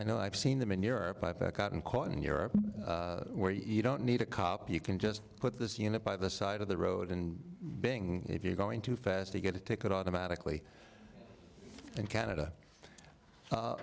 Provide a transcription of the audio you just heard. i know i've seen them in europe i've gotten caught in europe where you don't need a cop you can just put this unit by the side of the road and being if you're going too fast to get a ticket automatically in canada